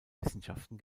wissenschaften